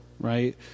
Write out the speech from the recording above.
right